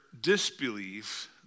disbelief